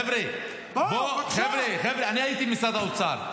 חבר'ה, אני הייתי במשרד האוצר.